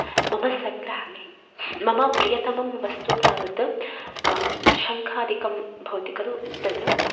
मम सङ्ग्रहालये मम प्रियतमं वस्तु तावत् शङ्खादिकं भवति खलु तत्